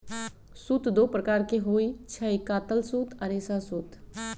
सूत दो प्रकार के होई छई, कातल सूत आ रेशा सूत